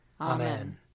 Amen